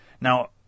Now